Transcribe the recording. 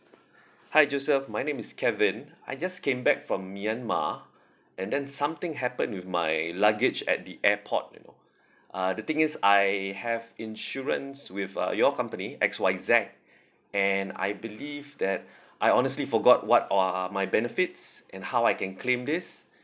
hi joseph my name is kevin I just came back from myanmar and then something happened with my luggage at the airport you know uh the thing is I have insurance with uh your company X Y Z and I believe that I honestly forgot what or are my benefits and how I can claim this